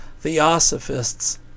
theosophists